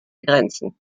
grenzen